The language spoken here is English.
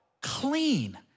clean